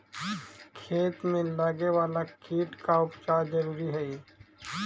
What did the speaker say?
खेत में लगे वाला कीट का उपचार जरूरी हई